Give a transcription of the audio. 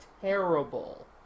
terrible